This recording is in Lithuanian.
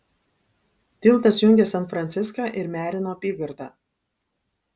tiltas jungia san franciską ir merino apygardą